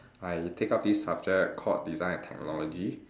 I take up this subject called design and technology